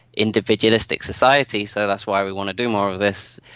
individualistic society, so that's why we want to do more of this,